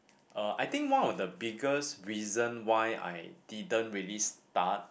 uh I think one of the biggest reason why I didn't really start